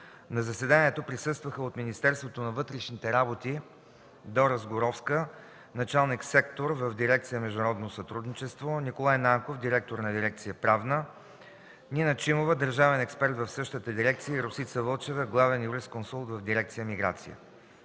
На заседанието присъстваха от Министерството на вътрешните работи: Дора Сгуровска – началник на сектор в дирекция „Международно сътрудничество”, Николай Нанков – директор на дирекция „Правна”, Нина Чимова – държавен експерт в същата дирекция, и Росица Вълчева – главен юрисконсулт в дирекция „Миграция”;